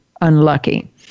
unlucky